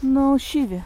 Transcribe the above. nu šyvi